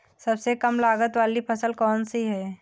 सबसे कम लागत वाली फसल कौन सी है?